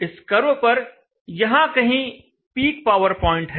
इस कर्व पर यहां कहीं पीक पावर पॉइंट है